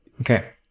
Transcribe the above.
Okay